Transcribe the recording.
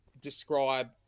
describe